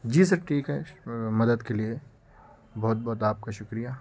جی sir ٹھیک ہے مدد کے لیے بہت بہت آپ کا شکریہ